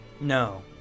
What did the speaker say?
No